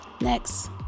Next